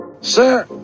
Sir